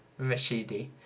Rashidi